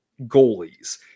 goalies